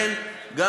זה בסדר?